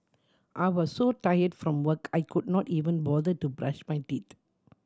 I was so tired from work I could not even bother to brush my teeth